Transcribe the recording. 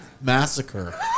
massacre